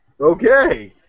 Okay